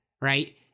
right